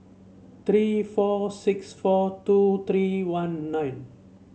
three four six four two three one nine